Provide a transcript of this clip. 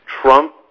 Trump